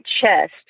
chest